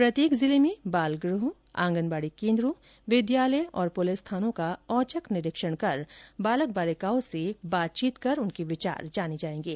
प्रत्येक जिले में बाल गृहों आंगनबाड़ी केंद्रों विद्यालय और पुलिस थानों का औचक निरीक्षण कर बालक बालिकाओं से बातचीत कर उनके विचार जाने जाएंगे